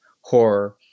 horror